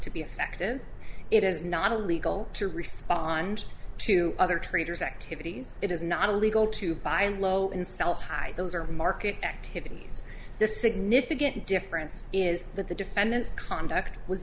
be effective it is not illegal to respond to other traders activities it is not illegal to buy low and sell high those are market activities the significant difference is that the defendants conduct was